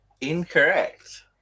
Incorrect